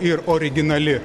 ir originali